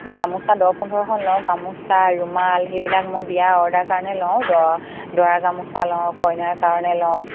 গামোচা দহ পোন্ধৰখন লওঁ গামোচা ৰুমাল সেইবিলাক মই বিয়াৰ অৰ্ডাৰ কাৰণে লওঁ দৰাৰ গামোচা লওঁ কইনাৰ কাৰণে লওঁ